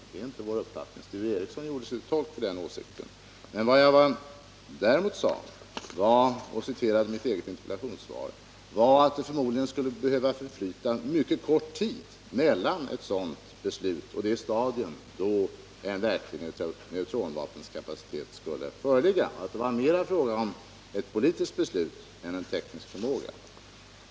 Sture Ericson gjorde sig till tolk för åsikten att ett sådant beslut skulle vara fattat, men det är inte vår uppfattning. Vad jag däremot sade och citerade mitt eget interpellationssvar var att det förmodligen skulle behöva förflyta mycket kort tid mellan ett beslut och det stadium då en verklig neutronvapenkapacitet skulle föreligga, att det var mera fråga om ett politiskt beslut än om teknisk förmåga.